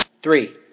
Three